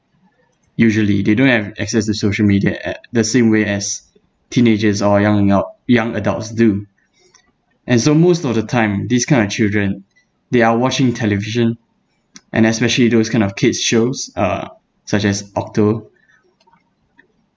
usually they don't have access to social media at the same way as teenagers or young adu~ young adults do and so most of the time these kind of children they are watching television and especially those kind of kids' shows uh such as okto